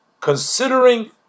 considering